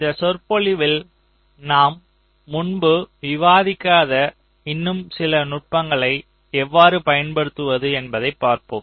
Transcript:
இந்த சொற்பொழிவில் நாம் முன்பு விவாதிக்காத இன்னும் சில நுட்பங்களை எவ்வாறு பயன்படுத்தவது என்பதை பார்ப்போம்